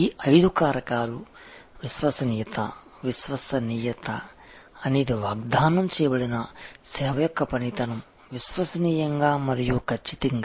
ఈ ఐదు కారకాలు విశ్వసనీయత విశ్వసనీయత అనేది వాగ్దానం చేయబడిన సేవ యొక్క పనితనం విశ్వసనీయంగా మరియు కచ్చితంగా